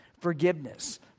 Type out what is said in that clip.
Forgiveness